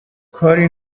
کاری